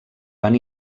van